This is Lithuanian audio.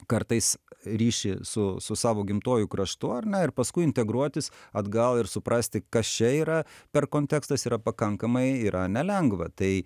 kartais ryšį su su savo gimtuoju kraštu ar ne ir paskui integruotis atgal ir suprasti kas čia yra per kontekstas yra pakankamai yra nelengva tai